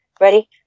ready